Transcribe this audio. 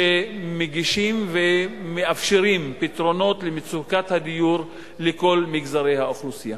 שמגישים ומאפשרים פתרונות למצוקת הדיור לכל מגזרי האוכלוסייה.